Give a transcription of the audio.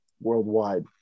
worldwide